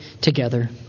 together